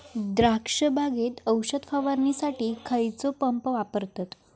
द्राक्ष बागेत औषध फवारणीसाठी खैयचो पंप वापरतत?